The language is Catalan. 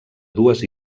dues